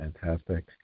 Fantastic